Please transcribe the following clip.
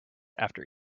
after